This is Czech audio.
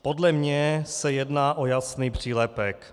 Podle mě se jedná o jasný přílepek.